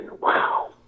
wow